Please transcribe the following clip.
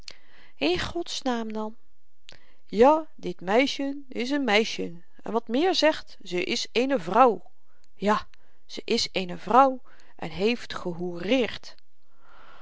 n onderscheid in godsnaam dan ja dit meisjen is n meisjen en wat meer zegt ze is eene vrouw ja ze is eene vrouw en heeft